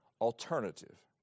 alternative